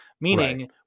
meaning